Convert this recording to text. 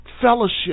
fellowship